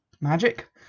magic